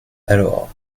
alors